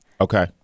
Okay